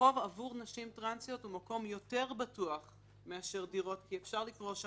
שתי הערות: 1. לגבי הנושא של